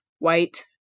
White